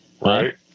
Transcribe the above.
right